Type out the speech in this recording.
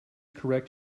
correct